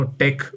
tech